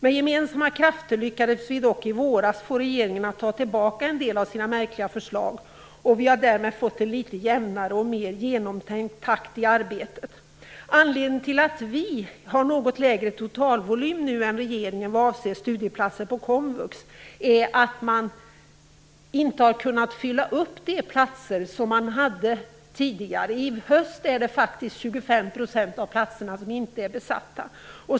Med gemensamma krafter lyckades vi dock i våras få regeringen att ta tillbaka en del av sina märkliga förslag, och därmed har det blivit en litet jämnare och mer genomtänkt takt i arbetet. Anledningen till att Kristdemokraterna har något lägre totalvolym än regeringen vad avser studieplatser på komvux är att de platser man hade tidigare inte kunnat fyllas upp. I höst är faktiskt 25 % av platserna inte besatta.